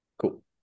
cool